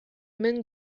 мең